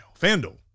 Fanduel